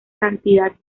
cantidad